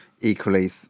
equally